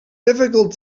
difficult